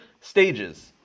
stages